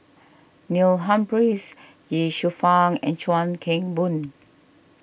Neil Humphreys Ye Shufang and Chuan Keng Boon